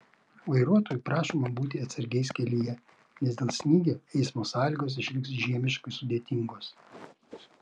vairuotojų prašoma būti atsargiais kelyje nes dėl snygio eismo sąlygos išliks žiemiškai sudėtingos